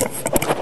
פצצת אטום.